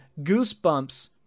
Goosebumps